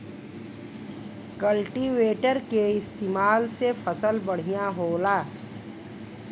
cultivator के इस्तेमाल से फसल बढ़िया होला